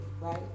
right